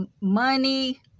money